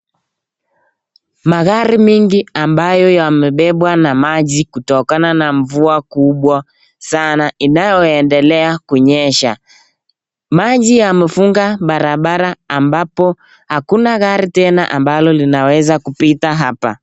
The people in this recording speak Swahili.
Magari mingi ambayo yamebebwa na maji kutokana na mvua kubwa sana inayoendelea kunyesha. Maji yamefunga barabara ambapo hakuna gari tena ambalo linaloweza kupita hapa.